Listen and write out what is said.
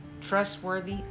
trustworthy